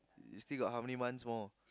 you still got how many months more